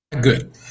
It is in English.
good